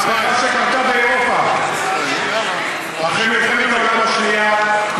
מהפכה שקרתה באירופה אחרי מלחמת העולם השנייה,